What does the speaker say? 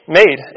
made